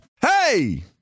Hey